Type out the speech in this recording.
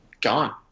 gone